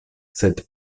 sed